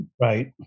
Right